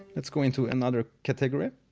let's go into another category.